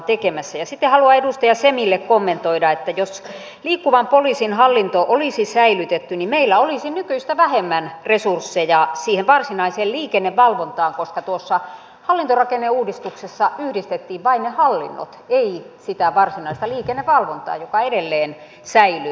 sitten haluan edustaja semille kommentoida että jos liikkuvan poliisin hallinto olisi säilytetty niin meillä olisi nykyistä vähemmän resursseja siihen varsinaiseen liikennevalvontaan koska tuossa hallintorakenneuudistuksessa yhdistettiin vain ne hallinnot ei sitä varsinaista liikennevalvontaa joka edelleen säilyy